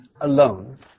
alone